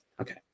Okay